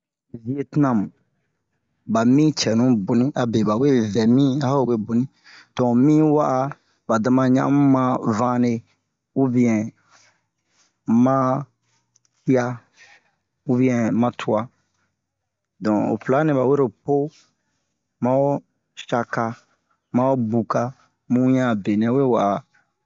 Viyetiname ɓa mi cɛnu boni abe ɓa wee vɛ mi a ho we boni donk mi yi wa'a ɓa dama ɲan'anmi mu a vanle ubiyɛn ma ci'a ubiyɛn ma tuwa donk ho pla nɛ ɓa wero poo ma ho shaka ma ho buka mu wiɲan a benɛ we wa'a